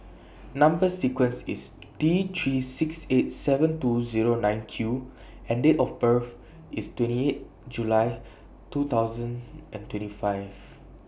Number sequence IS T three six eight seven two Zero nine Q and Date of birth IS twenty eight July two thousand and twenty five